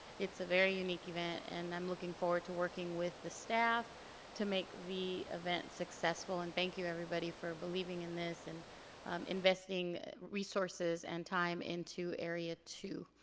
it's a very unique event and i'm looking forward to working with the staff to make the event successful and thank you everybody for believing in this and investing resources and time into area two.